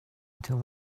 until